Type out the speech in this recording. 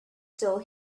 still